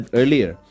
earlier